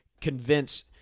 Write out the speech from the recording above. convince